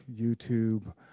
YouTube